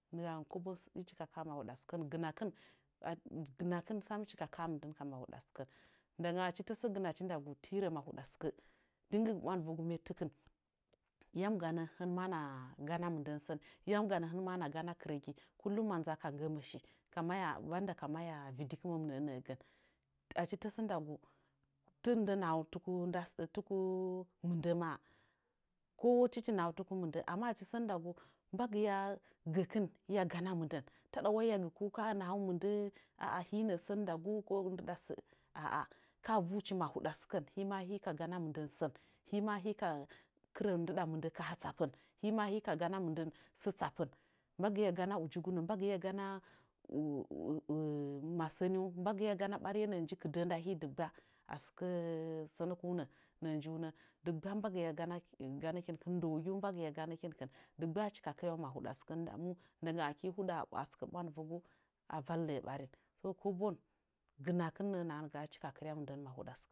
Hɨchi ka kaa mahuɗa sɨkən gɨnakɨn gɨnakɨn sam hɨchi ka kaa mɨndən ka mahuɗa sɨkən nda gam achi tasə gɨnachi ndagu tirə mahuɗa sɨkə dingigi ɓwandɨvə gu mettekin yam ganə hɨn ma hɨna gana mɨndən sən yamga ganagana kɨrəgi kullum ma nzaa ka nggəmə shi ka maya banda ka maya vɨdikɨməm nəə nəgən achi tasə ndagu tɨmɨndə nahau tuku nda sə tuku mɨndə maa kowa tɨchi nahau tuk mɨndə amma achi sən nda gu mbagɨya gəkin hɨya gana mɨ ndən taɗa wai hɨya gə ka kaa a nahau mɨndə aa hinə'ə sən ndagu ko nɗɨ ɗangən sə aa kaa vuchi mahuɗa sɨkən hima hika ganamɨndən sən hi ma hika kɨrə ndɨɗa mɨndən kaha tsappən hima hika gana mɨndən sə tsappəri mbagɨya gana wigunə mbagɨya gana masəninyu mbagɨya ɓariye nji kɨdəh nda hi dɨggba a sɨkə sənəkunə nəə njiunə dɨggba mbagɨya ganə ganə kɨnkin ndəwoginyu mbagɨya dɨggba hɨchi ka kɨryau mahuɗa sɨkən ndamu ndama aki huɗaa asɨkə ɓwandɨurgu avalle ɓurin so kobon gɨnakɨn nəə nahangaa hɨchi ka kɨrya mɨndən mahuɗa sɨkən.